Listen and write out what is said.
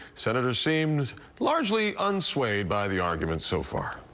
senators seem largely unswayed by the arguments so far.